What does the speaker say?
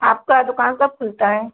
आपका दुकान कब खुलता है